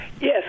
Yes